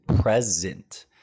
present